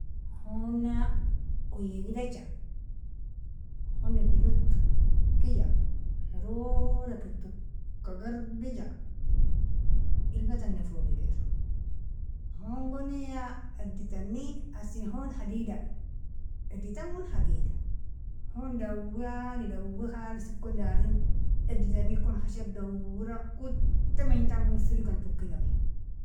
Honna oyie'ga idacha, hon'nedilog tukkija, norodakir tukka gharbija, ilba'tanna foga ideru, honngoni ya editanni, asin honn hadidan'nghi, editangon hadida, honn dawwi ali dawwi khalis ikon darin, editani kon hashab dawwira, kutta menjin tan firgikan tukkinamie.